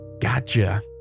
Gotcha